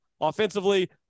offensively